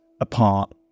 apart